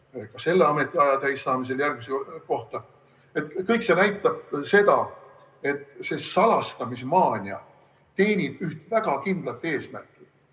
ka selle ametiaja täis saamisel järgmisse kohta. Kõik see näitab seda, et see salastamismaania teenib üht väga kindlat eesmärki.